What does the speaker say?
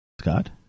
Scott